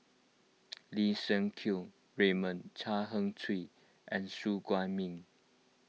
Lim Siang Keat Raymond Chan Heng Chee and Su Guaning